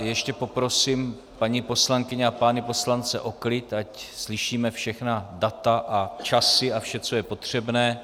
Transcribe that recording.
Ještě poprosím paní poslankyně a pány poslance o klid, ať slyšíme všechna data a časy a vše, co je potřebné.